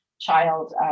child